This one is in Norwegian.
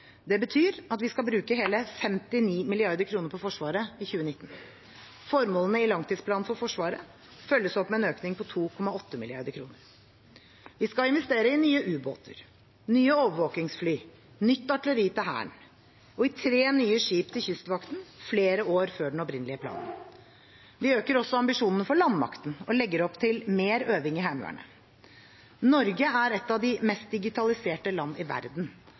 Det betyr at vi skal bruke hele 59 mrd. kr på Forsvaret i 2019. Formålene i Langtidsplanen for forsvaret følges opp med en økning på 2,8 mrd. kr. Vi skal investere i nye ubåter, nye overvåkingsfly, nytt artilleri til Hæren og i tre nye skip til Kystvakten – flere år før den opprinnelige planen. Vi øker også ambisjonen for landmakten, og legger opp til mer øving i Heimevernet. Norge er ett av de mest digitaliserte land i verden.